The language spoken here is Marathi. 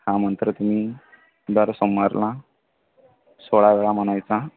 हा मंत्र तुम्ही दर सोमवारला सोळा वेळा म्हणायचा